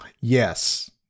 Yes